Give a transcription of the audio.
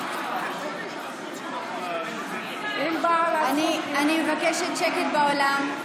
אני מבקשת שקט באולם.